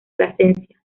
plasencia